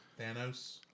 Thanos